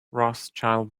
rothschild